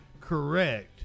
correct